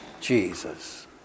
Jesus